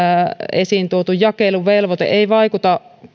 esiin tuotu jakeluvelvoite ei vaikuta